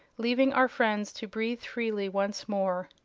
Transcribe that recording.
leaving our friends to breathe freely once more.